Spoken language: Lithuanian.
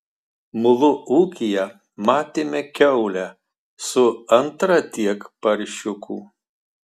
mulu ūkyje matėme kiaulę su antra tiek paršiukų